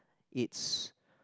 it's